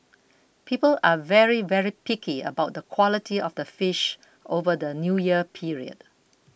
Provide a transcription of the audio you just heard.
people are very very picky about the quality of the fish over the New Year period